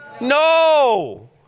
No